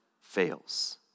fails